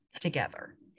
together